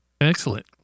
Excellent